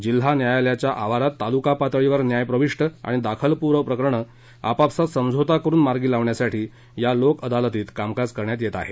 जिल्हा न्यायालयाच्या आवारात तालुका पातळीवर न्यायप्रविष्ट आणि दाखलपूर्व प्रकरणं आपापसात समझोता करून मार्गी लावण्यासाठी या लोक अदालतीत कामकाज करण्यात येत आहे